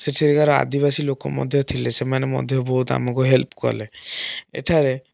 ସେଠିକାର ଆଦିବାସୀ ଲୋକ ମଧ୍ୟ ଥିଲେ ସେମାନେ ମଧ୍ୟ ବହୁତ ଆମୁକୁ ହେଲ୍ପ କଲେ ଏଠାରେ